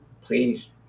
Please